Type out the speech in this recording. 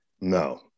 No